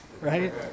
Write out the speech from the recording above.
right